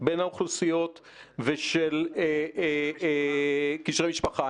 בין האוכלוסיות ושל קשרי משפחה.